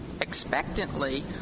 expectantly